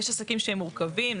יש עסקים שהם מורכבים,